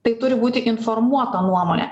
tai turi būti informuota nuomonė